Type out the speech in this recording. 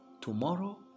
Tomorrow